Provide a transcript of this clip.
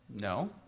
No